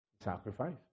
sacrifice